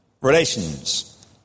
relations